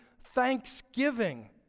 thanksgiving